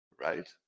right